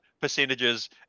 percentages